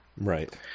right